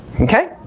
Okay